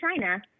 China